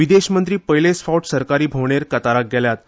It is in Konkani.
विदेश मंत्री पयलेच फावट सरकारी भोंवडेर कताराक गेल्यात